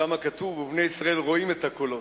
שם כתוב "ובני ישראל רואים את הקולות".